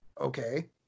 okay